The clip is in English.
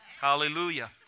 Hallelujah